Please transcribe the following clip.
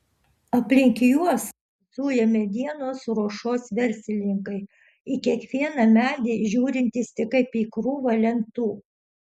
aplink juos zuja medienos ruošos verslininkai į kiekvieną medį žiūrintys tik kaip į krūvą lentų